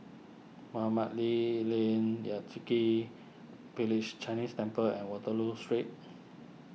Mohamed Ali Lane Yan Kit Village Chinese Temple and Waterloo Street